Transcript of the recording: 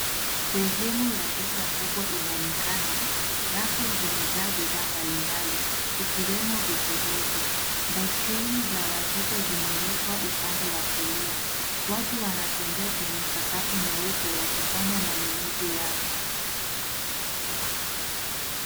Sehemu ya duka kubwa inaonekana, rafu zimejaa bidhaa mbalimbali, ikiwemo vipodozi. Baiskeli za watoto zimewekwa upande wa kulia. Watu wanatembea kwenye sakafu nyeupe wakifanya manunuzi yao.